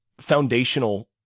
foundational